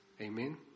Amen